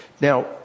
now